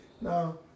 Now